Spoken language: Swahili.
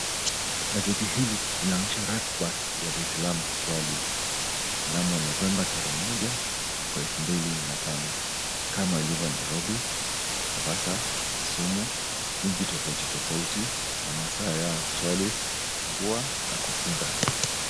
Gazeti hili linaonyesha ratiba ya waislamu kusali mnamo 12/01/2005 kama ilivyo Nairobi, Mombasa, Kisumu, miji tofauti tofauti na masaa ya kusali, kufungua na kufunga.